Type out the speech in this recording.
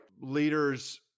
Leaders